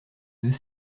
deux